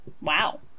Wow